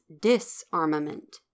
disarmament